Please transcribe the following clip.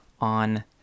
on